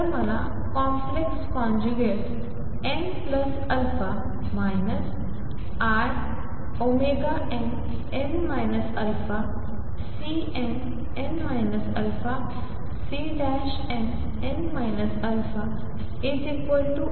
तर मला complex conjugate n plus alpha inn α Cnn α Cnn α ih